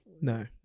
No